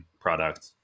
product